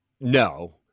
no